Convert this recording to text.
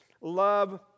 Love